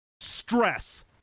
stress